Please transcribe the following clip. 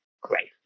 great